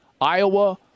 iowa